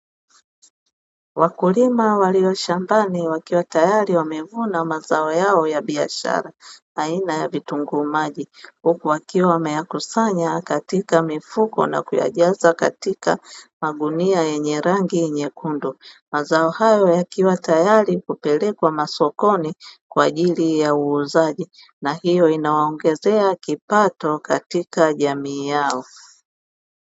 Wakulima walio shambani wakiwa tayari wamevuna mazao yao ya biashara aina ya vitunguu maji, huku wakiwa wameyakusanya katika mifuko na kuyajaza katika magunia yenye rangi nyekundu, mazao hayo yakiwa tayari kupelekwa masokoni kwa ajili ya uuzaji na hiyo inawaongezea kipato katika jamii yao.